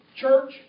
church